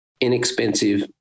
inexpensive